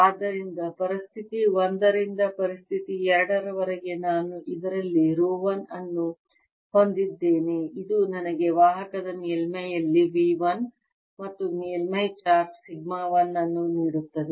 ಆದ್ದರಿಂದ ಪರಿಸ್ಥಿತಿ 1 ರಿಂದ ಪರಿಸ್ಥಿತಿ 2 ರವರೆಗೆ ನಾನು ಇದರಲ್ಲಿ ರೋ 1 ಅನ್ನು ಹೊಂದಿದ್ದೇನೆ ಇದು ನನಗೆ ವಾಹಕದ ಮೇಲ್ಮೈಯಲ್ಲಿ V 1 ಮತ್ತು ಮೇಲ್ಮೈ ಚಾರ್ಜ್ ಸಿಗ್ಮಾ 1 ಅನ್ನು ನೀಡುತ್ತದೆ